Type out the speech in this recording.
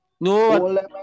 No